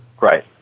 Right